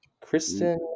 Kristen